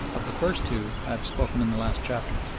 of the first two i have spoken in the last chapter.